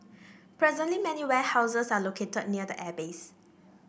presently many warehouses are located near the airbase